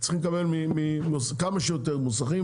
צריכים לקבל מכמה שיותר מוסכים,